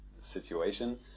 situation